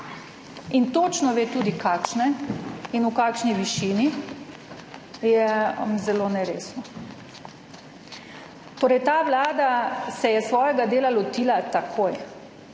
in točno ve tudi kakšne in v kakšni višini, je zelo neresno. Torej ta vlada se je svojega dela lotila takoj.